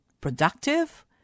productive